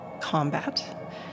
combat